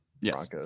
yes